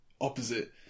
opposite